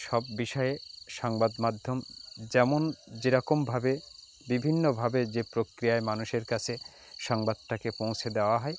সব বিষয়ে সাংবাদমাধ্যম যেমন যেরকমভাবে বিভিন্নভাবে যে প্রক্রিয়ায় মানুষের কাছে সাংবাদটাকে পৌঁছে দেওয়া হয়